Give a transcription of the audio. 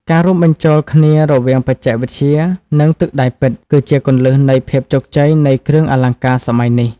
ការរួមបញ្ចូលគ្នារវាងបច្ចេកវិទ្យា និងទឹកដៃពិត គឺជាគន្លឹះនៃភាពជោគជ័យនៃគ្រឿងអលង្ការសម័យនេះ។